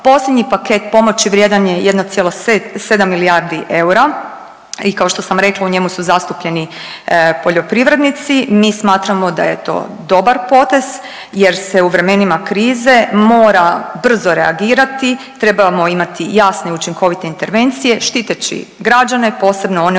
Posljednji paket pomoći vrijedan je 1,7 milijardi eura i kao što sam rekla u njemu su zastupljeni poljoprivrednici. Mi smatramo da je to dobar potez jer se u vremenima krize mora brzo reagirati, trebamo imati jasne i učinkovite intervencije štiteći građane posebno one u riziku